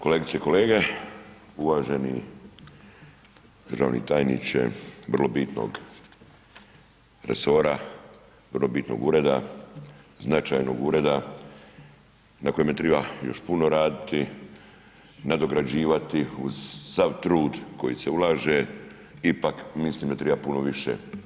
Kolegice i kolege, uvaženi državni tajniče vrlo bitnog resora, vrlo bitnog ureda, značajnog ureda na kojeme triba još puno raditi, nadograđivati uz sav trud koji se ulaže, ipak mislim da treba puno više.